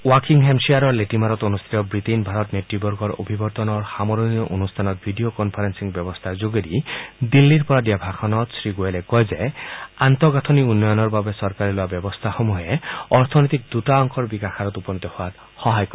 বাকিং হেমশ্বেয়াৰৰ লেটিমাৰত ব্টেইন ভাৰত নেত়বৰ্গৰ অভিৱৰ্তনৰ সামৰণি অনুষ্ঠানত ভিডিঅ কনফাৰেলিং ব্যৱস্থাৰ যোগেদি দিল্লীৰ পৰা দিয়া ভাষণত শ্ৰীগোৱেলে কয় যে আন্তঃগাঁঠনি উন্নয়নৰ বাবে চৰকাৰে লোৱা ব্যৱস্থাসমূহ অৰ্থনীতিক দুটা অংকৰ বিকাশৰ হাৰত উপনীত হোৱাত সহায় কৰিব